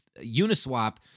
Uniswap